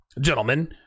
gentlemen